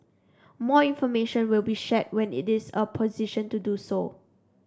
more information will be shared when it is in a position to do so